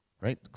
right